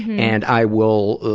and i will,